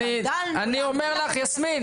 יסמין,